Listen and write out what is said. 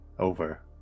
Over